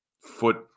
foot